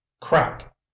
crack